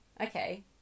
Okay